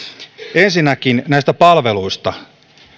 ensinnäkin näistä palveluista